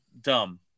dumb